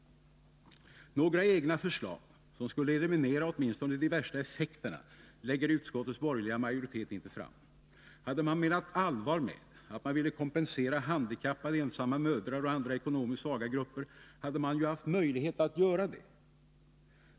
: Några egna förslag som skulle eliminera åtminstone de värsta effekterna lägger utskottets borgerliga majoritet inte fram. Hade man menat allvar med att man ville kompensera handikappade, ensamma mödrar och andra ekonomiskt svaga grupper hade man ju haft möjlighet att göra detta.